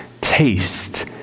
taste